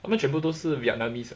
他们全部都是 vietnamese ah